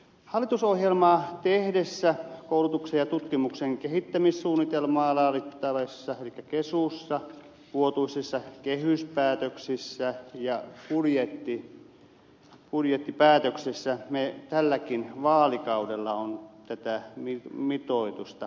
hallitusohjelmaa tehtäessä koulutuksen ja tutkimuksen kehittämissuunnitelmaa elikkä kesua laadittaessa vuotuisissa kehyspäätöksissä ja budjettipäätöksessä tälläkin vaalikaudella on tätä mitoitusta käsitelty